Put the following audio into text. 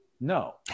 No